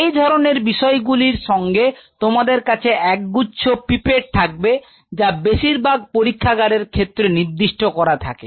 এই ধরনের বিষয়গুলি র সঙ্গে তোমাদের কাছে একগুচ্ছ পিপেট থাকবে যা বেশিরভাগ পরীক্ষাগারের ক্ষেত্রে নির্দিষ্ট করা থাকে